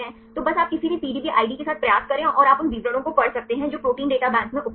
तो बस आप किसी भी पीडीबी आईडी के साथ प्रयास करें और आप उन विवरणों को पढ़ सकते हैं जो प्रोटीन डेटा बैंक में उपलब्ध हैं